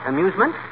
Amusement